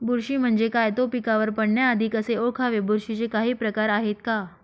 बुरशी म्हणजे काय? तो पिकावर पडण्याआधी कसे ओळखावे? बुरशीचे काही प्रकार आहेत का?